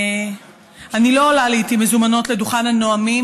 אני לא עולה לעיתים מוזמנות לדוכן הנואמים